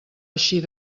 eixir